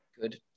Good